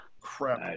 Crap